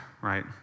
right